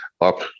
up